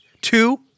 Two